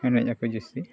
ᱮᱱᱮᱡ ᱟᱠᱚ ᱡᱟᱹᱥᱛᱤ